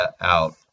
out